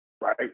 Right